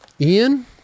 Ian